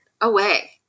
away